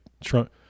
Trump